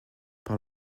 par